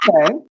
Okay